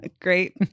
great